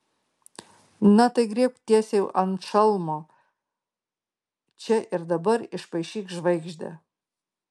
na tai griebk tiesiai ant šalmo čia ir dabar išpaišyk žvaigždę